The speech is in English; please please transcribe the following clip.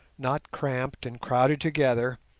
not cramped and crowded together,